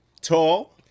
Tall